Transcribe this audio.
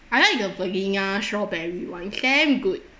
I like the vanilla strawberry [one] damn good